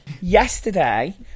Yesterday